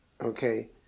okay